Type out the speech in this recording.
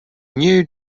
new